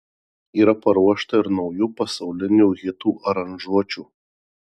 yra paruošta ir naujų pasaulinių hitų aranžuočių